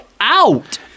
out